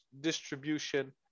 distribution